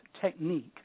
technique